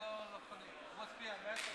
נא לשמור על שקט.